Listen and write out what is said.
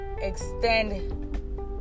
extend